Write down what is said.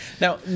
Now